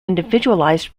individualized